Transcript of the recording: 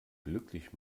glücklich